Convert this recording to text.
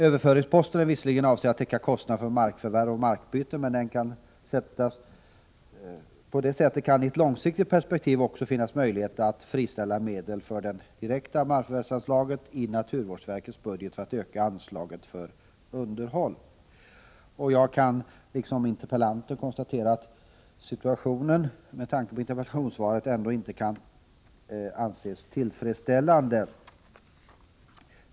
Överföringsposten är visserligen avsedd att täcka kostnader för markförvärv och markbyte, men på det sättet kan det i ett långsiktigt perspektiv också finnas möjlighet att friställa medel för det direkta markförvärvsanslaget i naturvårdsverkets budget för att öka anslaget för underhåll. Jag konstaterar liksom interpellanten att situationen, med tanke på interpellationssvaret, inte kan anses tillfredsställande.